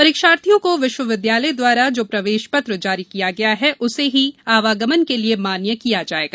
परीक्षार्थियों को विश्वविद्यालय द्वारा जो प्रवेशपत्र जारी किया गया है उसे ही आवगमन के लिये मान्य किया जाएगा